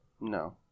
No